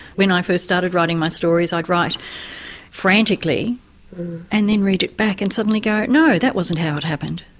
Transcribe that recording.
when i first started writing my stories i'd write frantically and then read it back and then suddenly go, no, that wasn't how it happened,